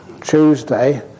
Tuesday